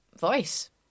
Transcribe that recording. voice